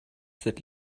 that